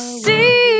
see